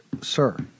sir